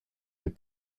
des